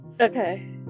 okay